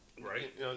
right